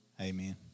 Amen